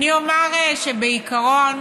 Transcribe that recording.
אומר שבעיקרון